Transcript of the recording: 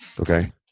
Okay